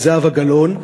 זהבה גלאון.